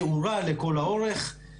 תאורה לכל האורך,